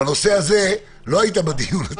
בנושא הזה לא היית בדיון אתמול.